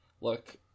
look